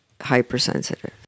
hypersensitive